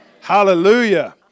Hallelujah